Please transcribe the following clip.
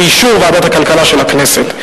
באישור ועדת הכלכלה של הכנסת.